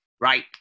Right